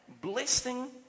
blessing